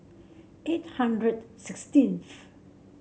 eight hundred sixteenth